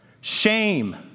shame